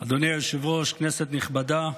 היושב-ראש, כנסת נכבדה,